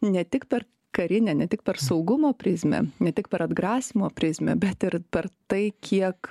ne tik per karinę ne tik per saugumo prizmę ne tik per atgrasymo prizmę bet ir per tai kiek